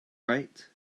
right